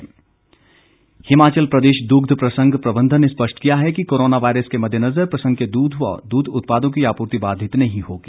द्रध हिमाचल प्रदेश दुग्ध प्रसंघ प्रबंधन ने स्पष्ट किया है कि कोरोना वायरस के मध्येनजर प्रसंघ के दूध व दूध उत्पादो की आपूर्ति बाधित नहीं होगी